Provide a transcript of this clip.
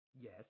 Yes